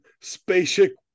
spaceship